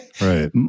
Right